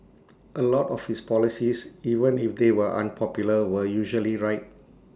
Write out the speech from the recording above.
A lot of his policies even if they were unpopular were usually right